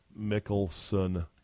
Mickelson